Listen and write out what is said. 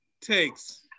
takes